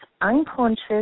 unconscious